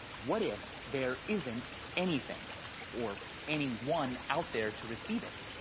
what if there isn't anything or anyone out there to receive it?